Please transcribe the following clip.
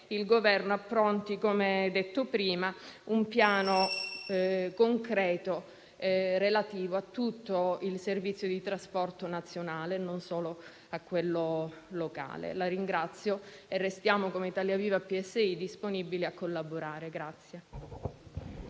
il Governo appronti, come ho detto prima, un piano concreto, relativo a tutto il servizio di trasporto nazionale e non solo a quello locale. La ringrazio e, come Italia Viva-PSI, restiamo disponibili a collaborare.